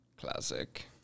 Classic